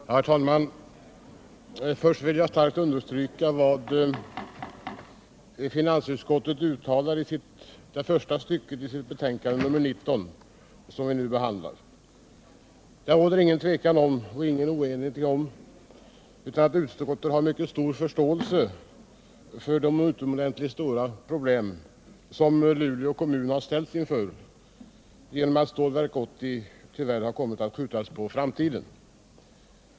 Herr talman! Först vill jag starkt understryka vad finansutskottet uttalar i det första stycket i sitt betänkande nr 19, som vi nu behandlar. Det råder inget tvivel och ingen oenighet om att utskottet har mycket stor förståelse för de utomordentligt svåra problem som Luleå kommun ställts inför genom att Stålverk 80 tyvärr har kommit att skjutas på framtiden.